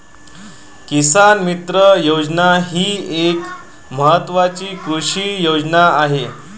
किसान मित्र योजना ही एक महत्वाची कृषी योजना आहे